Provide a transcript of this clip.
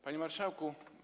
Panie Marszałku!